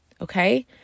Okay